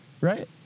Right